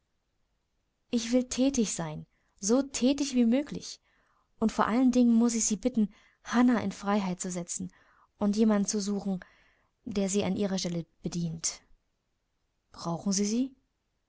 ich will thätig sein so thätig wie möglich und vor allen dingen muß ich sie bitten hannah in freiheit zu setzen und jemand zu suchen die sie an ihrer stelle bedient brauchen sie sie